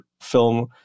film